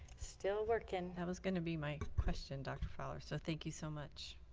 still working that was gonna be my question dr. fowler, so thank you so much.